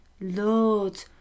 Lord